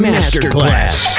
Masterclass